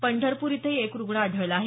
पंढरपूर इथंही एक रुग्ण आढळला आहे